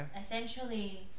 essentially